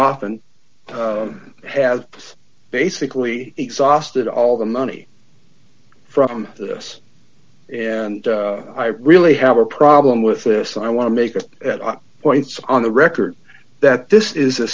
often has basically exhausted all the money from the us and i really have a problem with this i want to make a points on the record that this is a